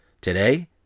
Today